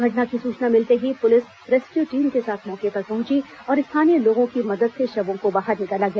घटना की सूचना मिलते ही पुलिस रेस्क्यू टीम के साथ मौके पर पहची और स्थानीय लोगों की मदद से शवों को बाहर निकाला गया